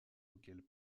auxquelles